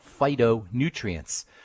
phytonutrients